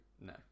no